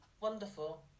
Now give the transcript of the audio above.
wonderful